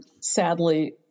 sadly